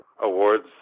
Awards